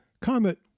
Comet